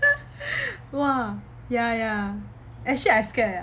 !wah! ya ya actually I scare eh